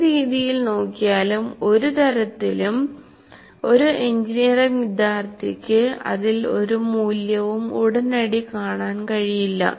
ഏതു രീതിയിൽ നോക്കിയാലും ഒരു തരത്തിലും ഒരു എഞ്ചിനീയറിംഗ് വിദ്യാർത്ഥിക്ക് അതിൽ ഒരു മൂല്യവും ഉടനടി കാണാൻ കഴിയില്ല